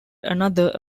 another